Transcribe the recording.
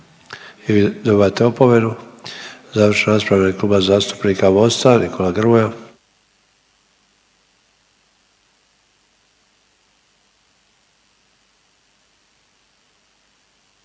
vi dobivate opomenu. Završna rasprava u ime Kluba zastupnika Mosta, Nikola Grmoja.